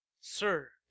Sir